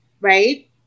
right